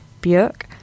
Björk